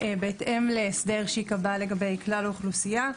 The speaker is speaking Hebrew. בהתאם להסדר שייקבע לגבי כלל האוכלוסייה.